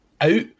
out